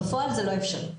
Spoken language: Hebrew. בפועל זה לא אפשרי.